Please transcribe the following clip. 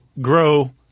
grow